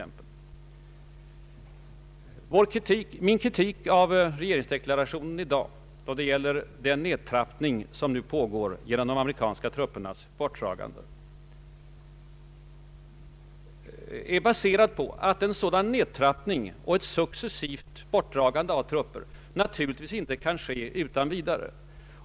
Min kritik av dagens regeringsdeklarations uttalande mot den nedtrappning som nu pågår i Vietnam genom de amerikanska truppernas bortdragande är baserad på att regeringen måste vara klart medveten om att en sådan nedtrappning och successivt bortdragande av trupperna inte kan ske utan risker.